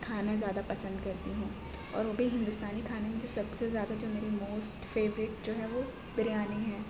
کھانا زیادہ پسند کرتی ہوں اور وہ بھی ہندوستانی کھانے میں مجھے سب سے زیادہ جو میری موسٹ فیوریٹ جو ہے وہ بریانی ہے